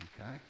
okay